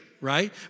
right